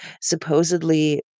supposedly